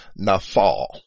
Nafal